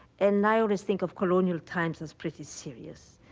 and i always think of colonial times as pretty serious.